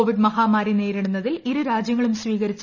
കോവ്യസ്സ് മഹാമാഹരി നേരിടുന്നതിൽ ഇരു രാജ്യങ്ങളും സ്വീകരിച്ചു